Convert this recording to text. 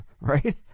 right